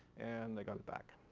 and they got it back.